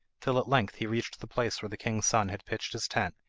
till at length he reached the place where the king's son had pitched his tent,